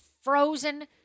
frozen